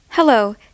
Hello